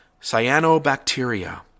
cyanobacteria